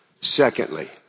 Secondly